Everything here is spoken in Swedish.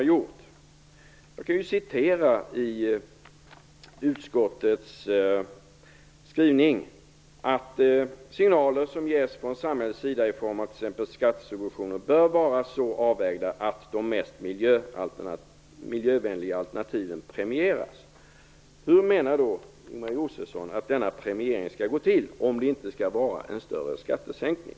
Jag citerar ur utskottets skrivning: "De signaler som ges från samhällets sida i form av t.ex. skattesubventioner bör vara så avvägda att de mest miljövänliga alternativen premieras." Hur menar Ingemar Josefsson att denna premiering skall gå till om det inte skall vara en större skattesänkning?